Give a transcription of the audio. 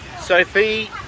Sophie